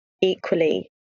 equally